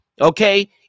Okay